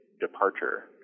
departure